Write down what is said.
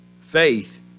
Faith